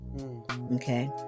Okay